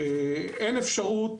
אין אפשרות